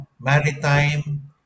maritime